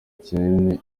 kinini